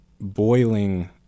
boiling